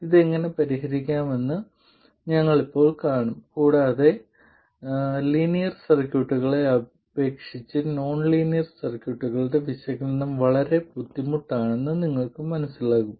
ഇത് എങ്ങനെ പരിഹരിക്കാമെന്ന് ഞങ്ങൾ ഇപ്പോൾ കാണും കൂടാതെ ലീനിയർ സർക്യൂട്ടുകളെ അപേക്ഷിച്ച് നോൺലീനിയർ സർക്യൂട്ടുകളുടെ വിശകലനം വളരെ ബുദ്ധിമുട്ടാണെന്ന് നിങ്ങൾ മനസ്സിലാക്കും